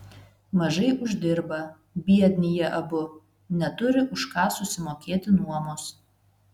mažai uždirba biedni jie abu neturi už ką susimokėti nuomos